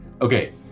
okay